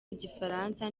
igifaransa